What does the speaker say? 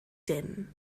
dim